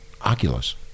Oculus